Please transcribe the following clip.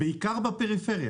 ובעיקר בפריפריה